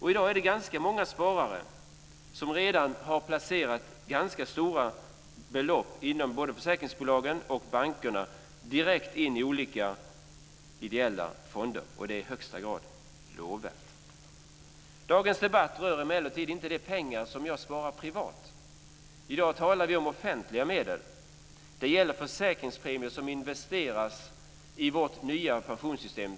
I dag är det ganska många sparare inom både försäkringsbolagen och bankerna som redan har placerat ganska stora belopp direkt in i olika ideella fonder. Det är i högsta grad lovvärt. Dagens debatt rör emellertid inte de pengar som jag sparar privat. I dag talar vi om offentliga medel. Det gäller försäkringspremier som investeras i vårt nya pensionssystem.